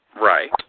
Right